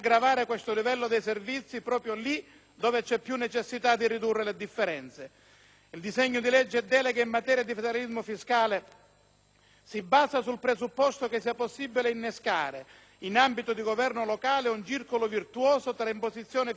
dove c'è più necessità di ridurre le differenze. Il disegno di legge delega in materia di federalismo fiscale si basa sul presupposto che sia possibile innescare, in ambito di governo locale, un circolo virtuoso tra imposizione fiscale e responsabilità politica,